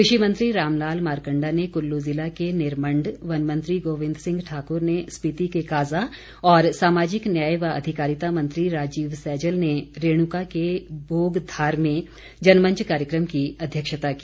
कृषि मंत्री रामलाल मारकंडा ने कुल्लू जिला के निरमण्ड वन मंत्री गोविंद सिंह ठाकुर ने स्पीति के काज़ा और सामाजिक न्याय व अधिकारिता मंत्री राजीव सैजल ने रेणुका के बोगधार में जनमंच कार्यक्रम की अध्यक्षता की